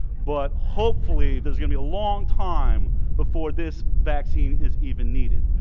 but hopefully there's gonna be a long time before this vaccine is even needed.